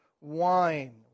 wine